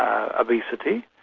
ah obesity.